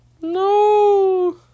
No